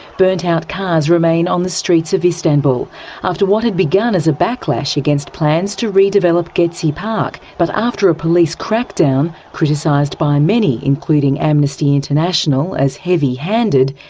burnt-out cars remain on the streets of istanbul after what had begun as a backlash against plans to redevelop gezi park, but after a police crackdown, criticised by many, including amnesty international, as heavy-handed,